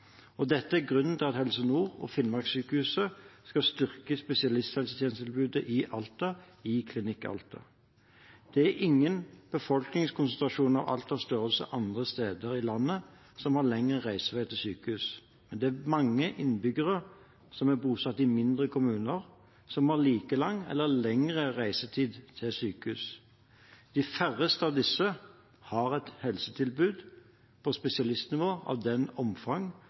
og dette er grunnen til at Helse Nord og Finnmarkssykehuset skal styrke spesialisthelsetjenestetilbudet i Alta i Klinikk Alta. Det er ingen befolkningskonsentrasjoner av Altas størrelse andre steder i landet som har lengre reisevei til sykehus, men det er mange innbyggere bosatt i mindre kommuner som har like lang eller lengre reisetid til sykehus. De færreste av disse har et helsetilbud på spesialistnivå av det omfang